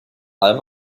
allem